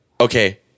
okay